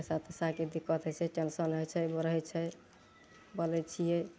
पैसा वैसाके दिक्कत होइ छै टेन्शन होइ छै बढ़ै छै बोलै छियै